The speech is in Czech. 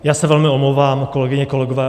Já se velmi omlouvám, kolegyně, kolegové.